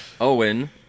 Owen